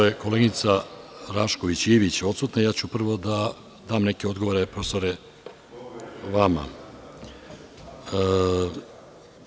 Pošto je koleginica Rašković Ivić odsutna, ja ću prvo da dam neke odgovore, profesore, vama.